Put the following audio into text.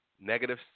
negative